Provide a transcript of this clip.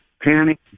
panic